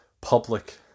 public